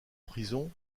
prison